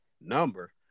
number